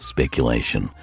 Speculation